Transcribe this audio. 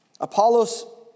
Apollos